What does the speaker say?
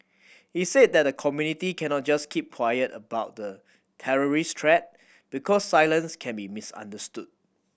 he said that the community cannot just keep quiet about the terrorist threat because silence can be misunderstood